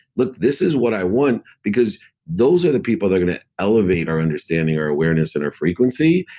look this is what i want. because those are the people that are going to elevate our understanding, our awareness, and our frequency,